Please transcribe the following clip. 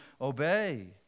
obey